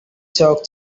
talk